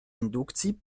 indukcji